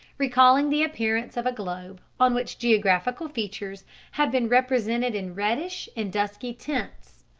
recalling the appearance of a globe on which geographical features have been represented in reddish and dusky tints.